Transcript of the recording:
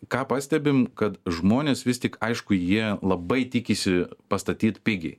ką pastebim kad žmonės vis tik aišku jie labai tikisi pastatyt pigiai